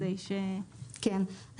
כן,